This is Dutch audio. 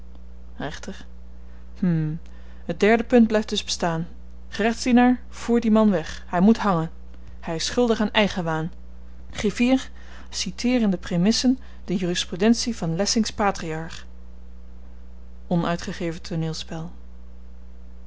rechter hm het derde punt blyft dus bestaan gerechtsdienaar voer dien man weg hy moet hangen hy is schuldig aan eigenwaan griffier citeer in de praemissen de jurisprudentie van lessing's patriarch onuitgegeven tooneelspel